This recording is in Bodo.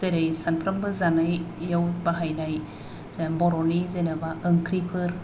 जेरै सामफ्रोमबो जानायाव बाहायनाय बर'नि जेनेबा ओंख्रिफोर